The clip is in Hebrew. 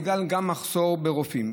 גם בגלל מחסור ברופאים.